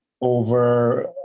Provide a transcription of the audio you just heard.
over